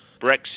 brexit